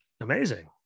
amazing